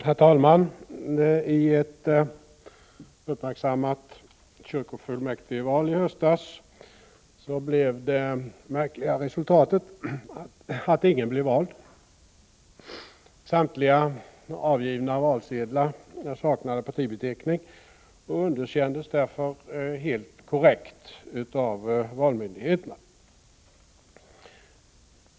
Herr talman! I ett uppmärksammat kyrkofullmäktigval i höstas blev det märkliga resultatet att ingen blev vald. Samtliga avgivna valsedlar saknade partibeteckning och underkändes därför, helt korrekt, av valmyndigheterna.